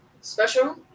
special